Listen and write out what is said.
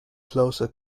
closer